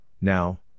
now